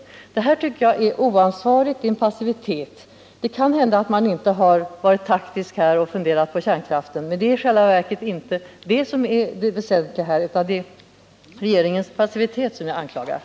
Detta förfarande tycker jag är oansvarigt. Det är ett tecken på passivitet från regeringens sida. Det är möjligt att det inte ligger taktik bakom och att regeringen inte har haft tankar på kärnkraften i det här sammanhanget. Men det är inte detta som är det väsentliga, utan vad mina anklagelser gäller är regeringens passivitet.